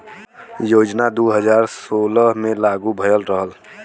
योजना दू हज़ार सोलह मे लागू भयल रहल